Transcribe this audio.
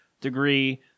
degree